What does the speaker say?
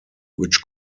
which